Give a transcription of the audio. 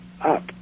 up